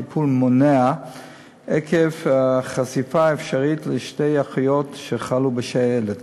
טיפול מונע עקב חשיפה אפשרית לשתי אחיות שחלו בשעלת.